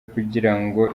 kugirango